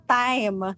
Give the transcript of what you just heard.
time